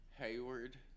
Hayward